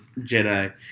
Jedi